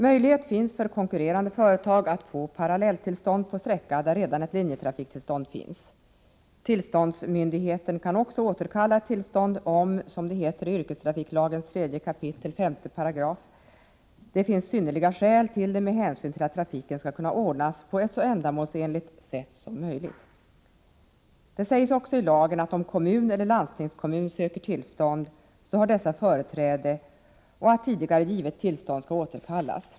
Möjlighet finns för konkurrerande företag att få parallelltillstånd på sträcka där redan ett linjetrafiktillstånd finns. Tillståndsmyndigheten kan också återkalla ett tillstånd om — som det heter i yrkestrafiklagens 3 kap. 5 §-” det finns synnerliga skäl till det med hänsyn till att trafiken skall kunna ordnas på ett så ändamålsenligt sätt som möjligt”. Det sägs också i lagen att kommun eller landstingskommun som söker tillstånd har företräde och att tidigare givet tillstånd skall återkallas.